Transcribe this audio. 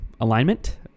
alignment